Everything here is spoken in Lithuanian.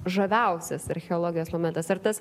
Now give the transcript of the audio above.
žaviausias archeologijos momentas ar tas